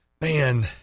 man